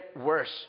worse